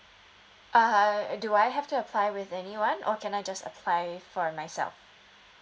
uh do I have to apply with anyone or can I just apply for myself